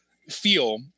feel